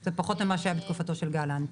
זה פחות ממה שהיה בתקופתו של גלנט.